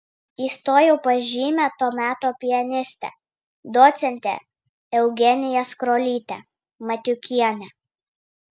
įstojau pas žymią to meto pianistę docentę eugeniją skrolytę matiukienę